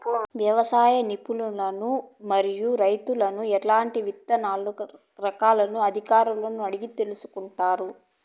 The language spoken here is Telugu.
వ్యవసాయ నిపుణులను మరియు రైతులను ఎట్లాంటి విత్తన రకాలను అధికారులను అడిగి తెలుసుకొంటారు?